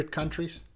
countries